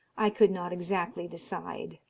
i could not exactly decide.